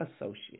associate